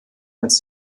als